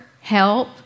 help